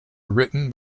written